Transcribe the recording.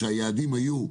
כשהיעדים היו: